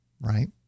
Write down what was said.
right